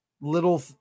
little